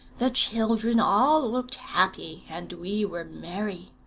the children all looked happy, and we were merry.